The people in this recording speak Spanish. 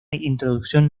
introducción